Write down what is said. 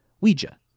Ouija